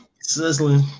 sizzling